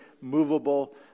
movable